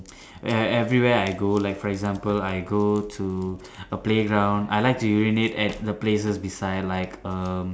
ev~ everywhere I go like for example I go to a playground I like to urinate at the places beside like um